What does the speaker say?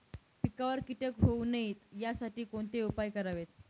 पिकावर किटके होऊ नयेत यासाठी कोणते उपाय करावेत?